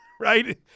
right